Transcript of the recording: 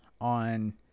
on